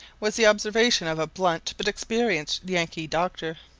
was the observation of a blunt but experienced yankee doctor.